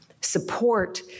support